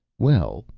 well,